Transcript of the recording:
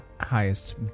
highest